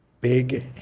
Big